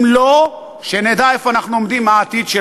אם לא, שנדע איפה אנחנו עומדים ומה העתיד.